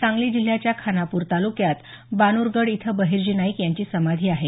सांगली जिल्ह्याच्या खानापूर तालुक्यात बानुरगड इथं बहिर्जी नाईक यांची समाधी आहे